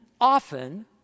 often